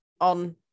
on